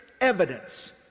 evidence